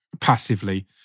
passively